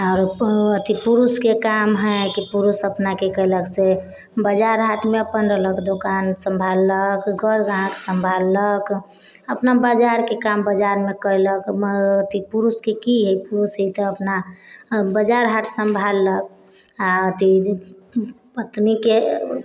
आरो पू अथि पुरुषके काम हय कि पुरुष अपना कि कयलक से बजार हाटमे अपन रहलक दोकान सम्हारलक गौर ग्राहक सम्हारलक अपना बजारके काम बजारमे कयलक मऽ अथि पुरुषके की हय पुरुषके तऽ अपना बजार हाट सम्हारलक आओर अथि जे पत्नीके